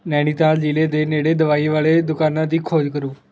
ਨੈਨੀਤਾਲ ਜ਼ਿਲ੍ਹੇ ਦੇ ਨੇੜੇ ਦਵਾਈ ਵਾਲੇ ਦੁਕਾਨਾਂ ਦੀ ਖੋਜ ਕਰੋ